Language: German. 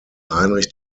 heinrich